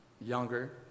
younger